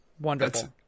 Wonderful